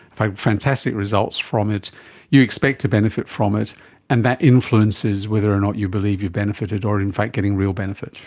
fantastic results from it you expect to benefit from it and that influences whether or not you believe you benefited or in fact getting real benefit.